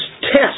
test